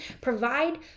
provide